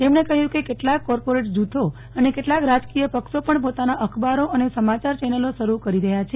તેમણે કહ્યુ કે કેટલાક કોર્પોરેટ જુથો અને કેટલાક રાજકીય પક્ષો પણ પોતાના અખબારો અને સમાયાર ચેનલો શરૂ કરી રહ્યા છે